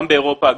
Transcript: גם באירופה,